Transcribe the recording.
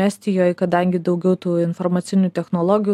estijoj kadangi daugiau tų informacinių technologijų